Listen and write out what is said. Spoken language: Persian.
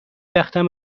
وقتم